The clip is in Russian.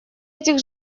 этих